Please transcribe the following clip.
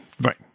right